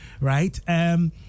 Right